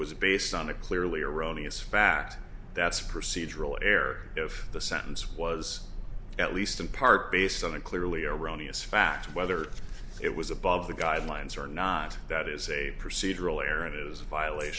was based on a clearly erroneous fact that's a procedural error if the sentence was at least in part based on a clearly erroneous fact whether it was above the guidelines or not that is a procedural error it is a violat